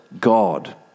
God